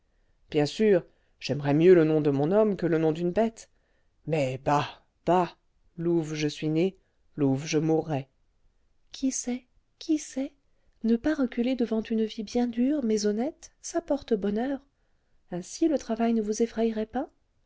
bien sûr j'aimerais mieux le nom de mon homme que le nom d'une bête mais bah bah louve je suis née louve je mourrai qui sait qui sait ne pas reculer devant une vie bien dure mais honnête ça porte bonheur ainsi le travail ne vous effrayerait pas